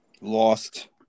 lost